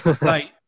right